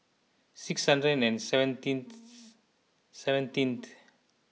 six hundred and seventeenth seventeenth